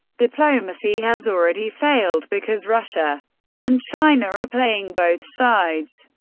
diplomacy has already failed, because russia and china are ah playing both sides.